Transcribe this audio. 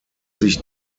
sich